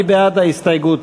מי בעד ההסתייגות?